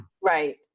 Right